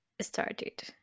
started